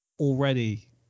Already